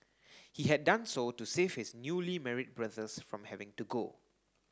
he had done so to save his newly married brothers from having to go